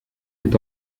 est